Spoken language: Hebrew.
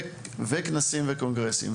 וגם כנסים וקונגרסים.